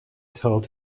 told